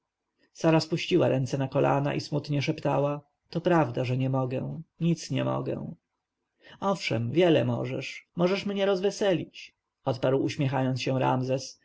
sara spuściła ręce na kolana i smutnie szeptała to prawda że nie mogę nic nie mogę owszem wiele możesz możesz mnie rozweselić odparł uśmiechając się ramzes